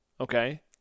okay